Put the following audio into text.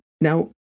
Now